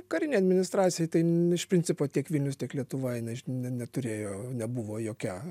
karinė administracija tai jin iš principo tiek vilnius tiek lietuva jinai ne neturėjo nebuvo jokia